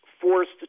forced